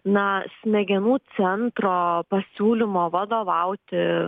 na smegenų centro pasiūlymo vadovauti